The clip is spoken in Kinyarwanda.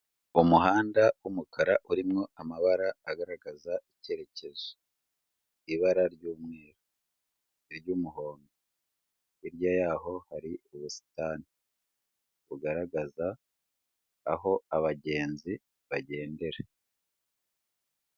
Umuhanda w'umukara urimo amabara agaragaza icyerekezo, ibara ry'umweru, iry'umuhondo, hirya yaho hari ubusitani bugaragaza aho abagenzi bagendera.